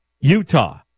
Utah